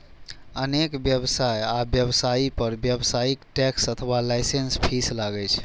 अनेक व्यवसाय आ व्यवसायी पर व्यावसायिक टैक्स अथवा लाइसेंस फीस लागै छै